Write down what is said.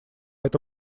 это